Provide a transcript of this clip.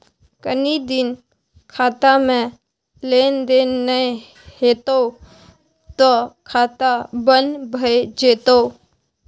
कनी दिन खातामे लेन देन नै हेतौ त खाता बन्न भए जेतौ